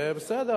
ובסדר,